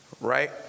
right